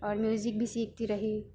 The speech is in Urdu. اور میوزک بھی سیکھتی رہی